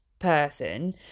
person